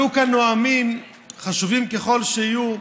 עלו כאן נואמים, חשובים ככל שיהיו,